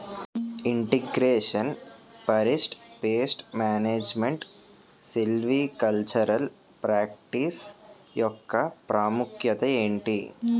integration పరిస్ట్ pest management silvicultural practice యెక్క ప్రాముఖ్యత ఏంటి